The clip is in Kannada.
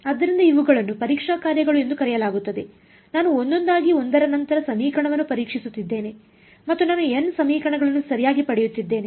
ಆದ್ದರಿಂದ ಇವುಗಳನ್ನು ಪರೀಕ್ಷಾ ಕಾರ್ಯಗಳು ಎಂದು ಕರೆಯಲಾಗುತ್ತದೆ ನಾನು ಒಂದೊಂದಾಗಿ ಒಂದರ ನಂತರ ಸಮೀಕರಣವನ್ನು ಪರೀಕ್ಷಿಸುತ್ತಿದ್ದೇನೆ ಮತ್ತು ನಾನು n ಸಮೀಕರಣಗಳನ್ನು ಸರಿಯಾಗಿ ಪಡೆಯುತ್ತಿದ್ದೇನೆ